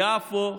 יפו,